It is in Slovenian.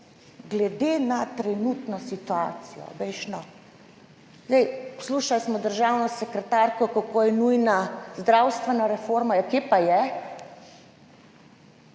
glede na trenutno situacijo – dajte, no! Poslušali smo državno sekretarko, kako je nujna zdravstvena reforma. Ja, kje pa je?